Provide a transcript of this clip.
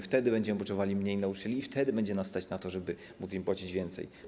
Wtedy będziemy potrzebowali mniej nauczycieli i wtedy będzie nas stać na to, żeby móc im płacić więcej.